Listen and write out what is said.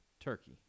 turkey